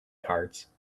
cards